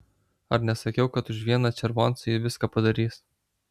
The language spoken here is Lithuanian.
ar nesakiau kad už vieną červoncą ji viską padarys